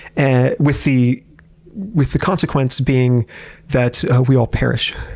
and with the with the consequence being that we all perish.